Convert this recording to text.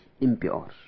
impure